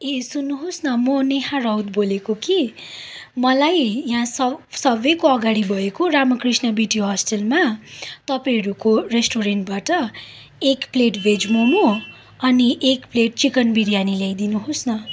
ए सुन्नु होस् न म नेहा राउत बोलेको कि मलाई यहाँ सब सबवेको अगाडि भएको रामकृष्ण बिटी हस्टेलमा तपाईँहरूको रेस्टुरेन्टबाट एक प्लेट भेज मम अनि एक प्लेट चिकन बिरियानी ल्याई दिनु होस् न